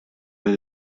near